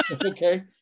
Okay